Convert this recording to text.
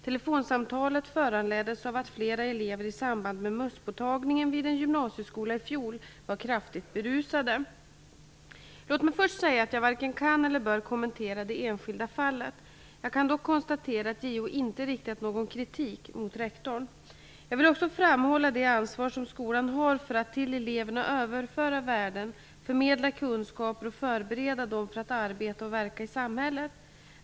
Telefonsamtalet föranleddes av att flera elever i samband med mösspåtagningen vid en gymnasieskola i fjol var kraftigt berusade. Låt mig först säga att jag varken kan eller bör kommentera det enskilda fallet. Jag kan dock konstatera att JO inte riktat någon kritik mot rektorn. Jag vill också framhålla det ansvar som skolan har för att till eleverna överföra värden, förmedla kunskaper och förbereda dem för att arbeta och verka i samhället.